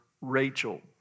Rachel